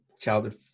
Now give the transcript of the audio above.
childhood